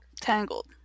Tangled